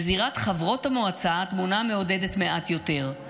בזירת חברות המועצה התמונה מעודדת מעט יותר.